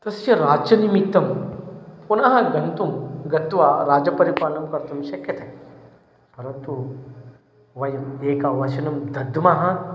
तस्य राज्यनिमित्तं पुनः गन्तुं गत्वा राज्यपरिपालनं कर्तुं शक्यते परन्तु वयं एकं वचनं दद्मः